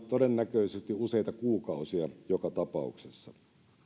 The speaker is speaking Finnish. todennäköisesti useita kuukausia joka tapauksessa